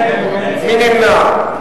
מי נמנע?